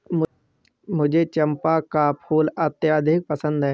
मुझे चंपा का फूल अत्यधिक पसंद है